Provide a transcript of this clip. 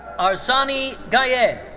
arsani gaeid.